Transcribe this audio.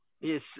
Yes